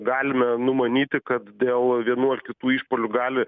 galime numanyti kad dėl vienų ar kitų išpuolių gali